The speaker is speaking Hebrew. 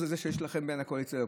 הזה שיש לכם בין הקואליציה לאופוזיציה,